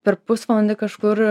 per pusvalandį kažkur